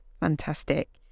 Fantastic